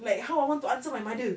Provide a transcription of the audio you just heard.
like how I want to answer my mother